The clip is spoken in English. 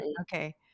Okay